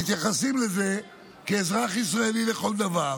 מתייחסים לזה כאזרח ישראלי לכל דבר.